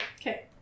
Okay